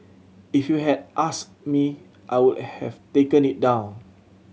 if you had asked me I would have taken it down